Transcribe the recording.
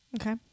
Okay